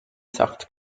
saft